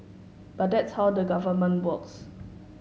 but that's how the Government works